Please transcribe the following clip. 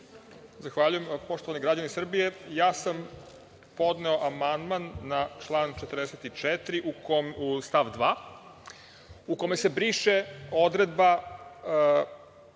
Zahvaljujem. Poštovani građani Srbije, ja sam podneo amandman na član 44. stav 2, u kome se briše odredba